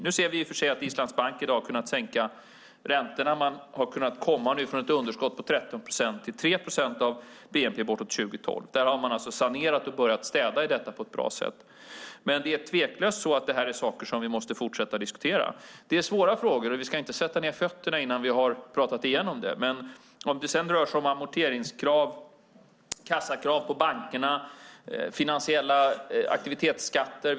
Vi ser i och för sig i dag att Islands bank har kunnat sänka räntorna. Man har kunnat komma från ett underskott på 13 procent till 3 procent av bnp bortåt 2012. Där har man alltså sanerat och börjat städa i detta på ett bra sätt. Detta är tveklöst saker som vi måste fortsätta att diskutera. Det är svåra frågor, och vi ska inte sätta ned fötterna innan vi har pratat igenom det. Det kan röra sig om amorteringskrav, kassakrav på bankerna och finansiella aktivitetsskatter.